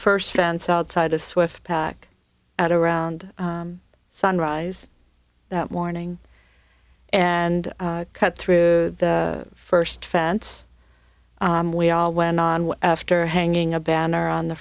first fence outside of swift pack at around sunrise that morning and cut through the first fence we all went after hanging a banner on the